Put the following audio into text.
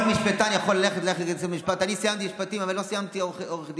אני סיימתי משפטים, אבל לא סיימתי עורך דין.